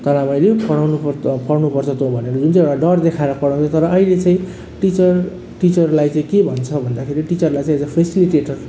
तँलाई अब यो पढाउनु पर्छ पढ्नु पर्छ तँ भनेर जुन चाहिँ एउटा डर देखाएर पढाउँथ्यो तर अहिले चाहिँ टिचर टिचरलाई चाहिँ के भन्छ भन्दाखेरि टिचरलाई चाहिँ एज ए फेसिलिटेटर